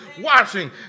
watching